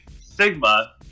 Sigma